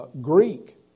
Greek